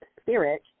spirit